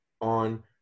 on